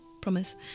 promise